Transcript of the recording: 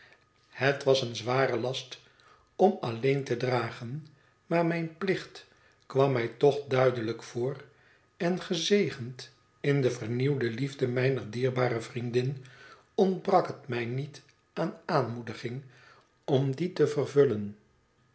het was een zware last om alleen te dragen maar mijn plicht kwam mij toch duidelijk voor en gezegend in de vernieuwde liefde mijner dierbare vriendin ontbrak het mij niet aan aanmoediging om dien te vervullen